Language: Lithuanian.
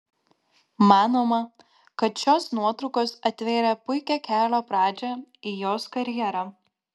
manoma kad šios nuotraukos atvėrė puikią kelio pradžią į jos karjerą